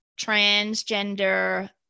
transgender